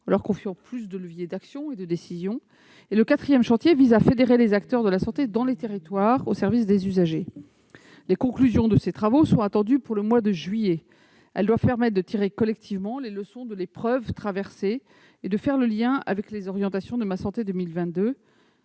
en leur confiant davantage de leviers d'action et de décision. Le quatrième vise à fédérer les acteurs de la santé dans les territoires, au service des usagers. Les conclusions de ces travaux sont attendues pour le mois de juillet. Elles doivent permettre de tirer collectivement les leçons de l'épreuve traversée, de faire le lien avec les orientations de Ma santé 2022